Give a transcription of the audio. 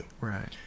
right